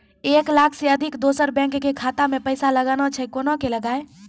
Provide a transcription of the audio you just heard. एक लाख से अधिक दोसर बैंक के खाता मे पैसा लगाना छै कोना के लगाए?